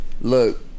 Look